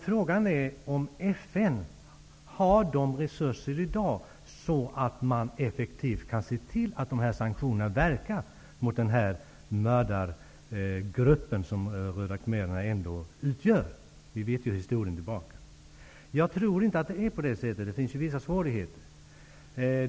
Frågan är om FN i dag har resurser för att effektivt kunna se till att sanktionerna verkar mot den här mördargruppen, som de röda khmererna utgör -- vi vet ju historien. Jag tror inte det, utan det finns vissa svårigheter.